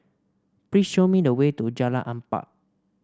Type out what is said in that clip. please show me the way to Jalan Empat